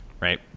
right